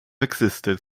existed